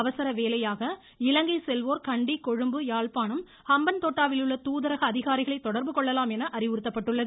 அவசர வேலையாக இலங்கை செல்வோர் கண்டி கொழும்பு யாழ்பாணம் ஹம்பன்தோட்டவிலுள்ள தூதரக அதிகாரிகளை தொடர்பு கொள்ளலாம் என அறிவுறுத்தப்பட்டுள்ளது